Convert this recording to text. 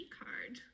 card